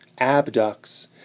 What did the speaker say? abducts